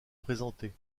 présentées